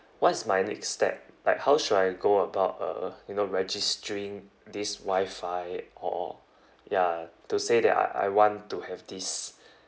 what is my next step like how should I go about uh you know registering this wi-fi or ya to say that I I want to have this